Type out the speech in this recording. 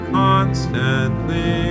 constantly